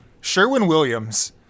Sherwin-Williams